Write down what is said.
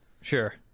Sure